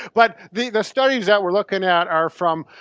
but the the studies that we're looking at are from